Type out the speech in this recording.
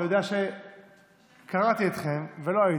אני יודע שקראתי אתכם ולא הייתם,